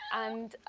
and